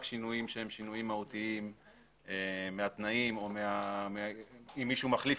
שינויים שהם שינוים מהותיים מהתנאים או אם מישהו מחליף